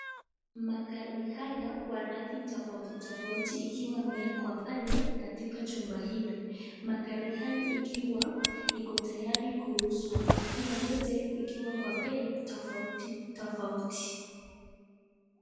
Magari haya kwa rangi tofauti tofauti ikiwa imewekwa pale katika chumba hilo. Magari haya ikiwa iko tayari kuuzwa ikiwa yote ikiwa kwa bei tofauti tofauti.